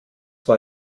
war